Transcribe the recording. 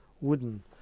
wooden